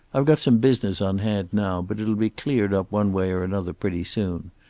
i've got some business on hand now, but it'll be cleared up one way or another pretty soon.